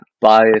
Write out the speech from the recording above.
bias